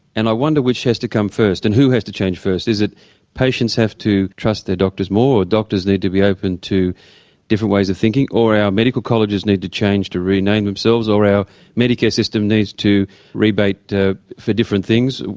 and i wonder which has to come first and who has to change first. is it patients have to trust their doctors more or doctors need to be open to different ways of thinking, or our medical colleges need to change to rename themselves or our medicare system needs to rebate for different things.